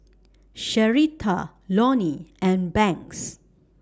Sherita Lonny and Banks